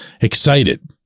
excited